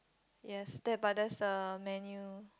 yes but there's a menu